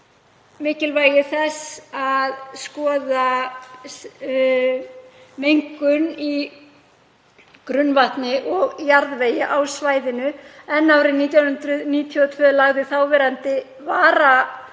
mikilvægi þess að skoða mengun í grunnvatni og jarðvegi á svæðinu. Árið 1992 lagði þáverandi